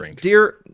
Dear